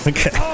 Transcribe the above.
Okay